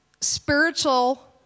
spiritual